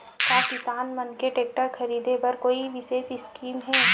का किसान मन के टेक्टर ख़रीदे बर कोई विशेष स्कीम हे?